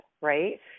right